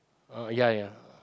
uh ya ya